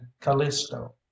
callisto